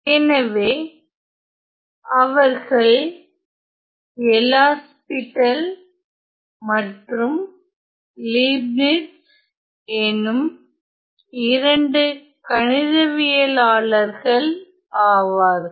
எனவே அவர்கள் L'Hospital LHospital மற்றும் லீப்னிஸ் எனும் இரண்டு கணிதவியலாளர்கள் ஆவார்கள்